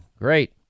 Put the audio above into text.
Great